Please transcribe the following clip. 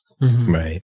Right